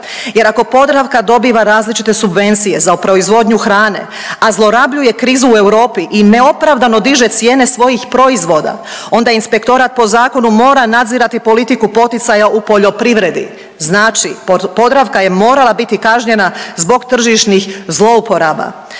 Jer, ako Podravka dobiva različite subvencije za proizvodnju hrane, a zlorabljuje krizu u Europi i neopravdano diže cijene svojih proizvoda, onda Inspektorat po zakonu mora nadzirati politiku poticaja u poljoprivredi. Znači, Podravka je morala biti kažnjena zbog tržišnih zlouporaba.